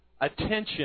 attention